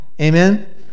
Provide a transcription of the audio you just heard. Amen